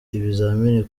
ibizamini